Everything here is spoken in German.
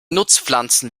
nutzpflanzen